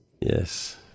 Yes